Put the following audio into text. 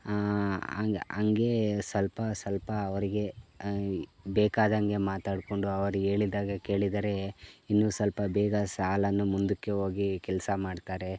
ಹಂಗೆ ಹಂಗೇ ಸ್ವಲ್ಪ ಸ್ವಲ್ಪ ಅವರಿಗೆ ಬೇಕಾದಂಗೆ ಮಾತಾಡಿಕೊಂಡು ಅವರಿಗೆ ಹೇಳಿದಾಗ ಕೇಳಿದರೆ ಇನ್ನು ಸ್ವಲ್ಪ ಬೇಗ ಸಾಲನ್ನು ಮುಂದಕ್ಕೆ ಹೋಗಿ ಕೆಲಸ ಮಾಡ್ತಾರೆ